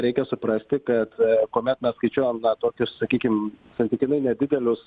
reikia suprasti kad kuomet mes skaičiuojam na tokius sakykim santykinai nedidelius